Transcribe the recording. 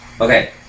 Okay